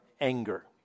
anger